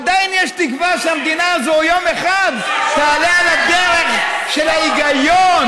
עדיין יש תקווה שהמדינה הזו יום אחד תעלה על הדרך של ההיגיון,